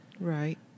right